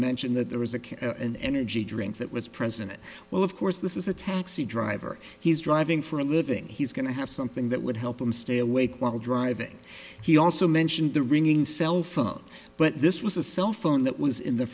mention that there was a kid an energy drink that was present well of course this is a taxi driver he's driving for a living he's going to have something that would help him stay awake while driving he also mentioned the ringing cell phone but this was a cell phone that was in the